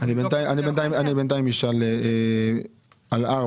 אני בינתיים אשאל על 4: